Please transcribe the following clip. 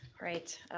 right,